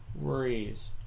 worries